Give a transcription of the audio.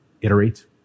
iterate